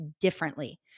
differently